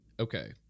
Okay